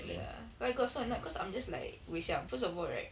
ya so I got so annoyed cause I'm just like wei xiang first of all right